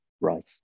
right